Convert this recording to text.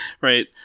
Right